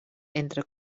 entre